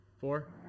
Four